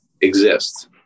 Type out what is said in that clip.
exist